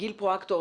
גיל פרואקטור,